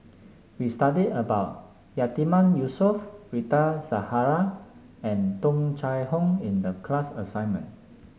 we studied about Yatiman Yusof Rita Zahara and Tung Chye Hong in the class assignment